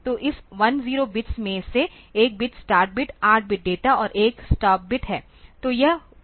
तो इस 10 बिट्स में से एक bit start bit 8 bit data और 1 स्टॉप बिट है